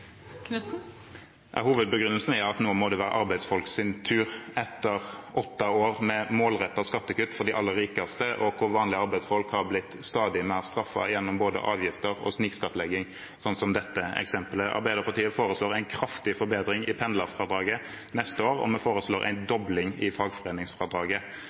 Hovedbegrunnelsen er at nå må det være arbeidsfolks tur, etter åtte år med målrettede skattekutt for de aller rikeste, og der vanlige arbeidsfolk har blitt stadig mer straffet, gjennom både avgifter og snikskattlegging, slik som dette eksemplet viser. Arbeiderpartiet foreslår en kraftig forbedring i pendlerfradraget til neste år, og vi foreslår en